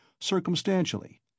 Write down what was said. circumstantially